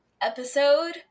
episode